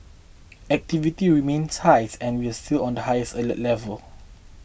activity remains high and we are still on the highest alert level